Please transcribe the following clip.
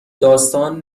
داستان